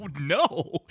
no